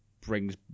brings